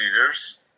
leaders